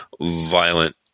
violent